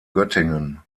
göttingen